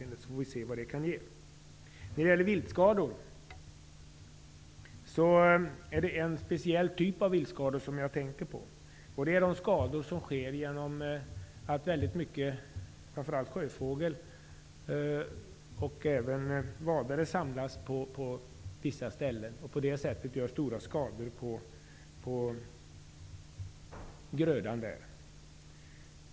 När det gäller viltskador är det en speciell typ av viltskador jag tänker på, nämligen de skador som åstadkommits genom att många sjöfåglar, och även vadare, samlas på vissa ställen och på så sätt vållar skador på grödan där.